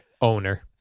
owner